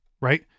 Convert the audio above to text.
right